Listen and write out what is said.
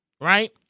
Right